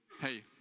hey